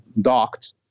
docked